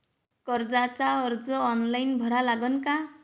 कर्जाचा अर्ज ऑनलाईन भरा लागन का?